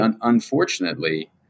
unfortunately